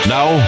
Now